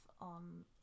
on